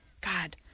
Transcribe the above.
God